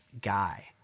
guy